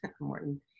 morton